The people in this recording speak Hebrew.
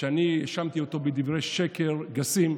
שאני האשמתי אותו בדברי שקר גסים,